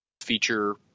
feature